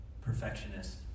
perfectionist